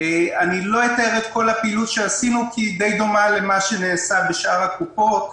לא אתאר את כל הפעילות שעשינו כי היא דומה למדי למה שנעשה בשאר הקופות.